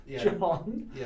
John